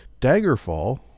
Daggerfall